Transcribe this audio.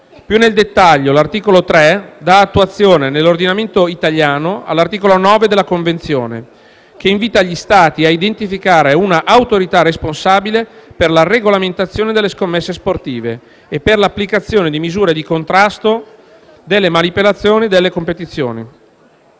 Più nel dettaglio, l'articolo 3 dà attuazione nell'ordinamento italiano all'articolo 9 della Convenzione, che invita gli Stati a identificare un'autorità responsabile per la regolamentazione delle scommesse sportive e per l'applicazione di misure di contrasto delle manipolazioni e delle competizioni.